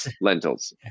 lentils